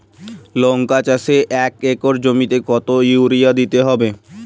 লংকা চাষে এক একর জমিতে কতো ইউরিয়া দিতে হবে?